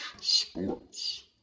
Sports